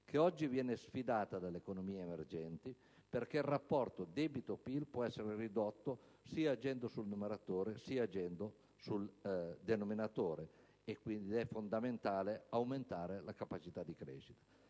che oggi viene sfidata dalle economie emergenti, perché il rapporto debito-PIL può essere ridotto sia agendo sul numeratore sia agendo sul denominatore (quindi è fondamentale aumentare la capacità di crescita).